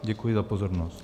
Děkuji za pozornost.